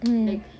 mm